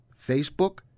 Facebook